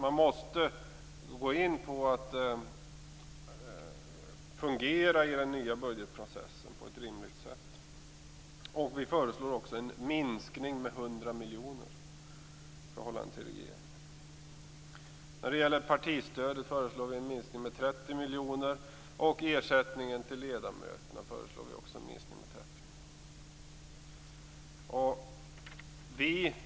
Man måste gå in för att fungera i den nya budgetprocessen på ett rimligt sätt. Vi föreslår en minskning med 100 miljoner kronor i förhållande till regeringens förslag. När det gäller partistödet föreslår vi en minskning på 30 miljoner kronor. Vi föreslår också en minskning på 30 miljoner kronor i ersättningen till ledamöterna.